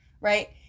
right